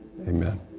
Amen